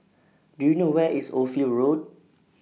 Do YOU know Where IS Ophir Road